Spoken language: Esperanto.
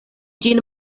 ĝin